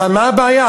אז מה הבעיה?